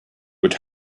would